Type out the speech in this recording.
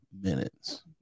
minutes